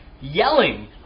yelling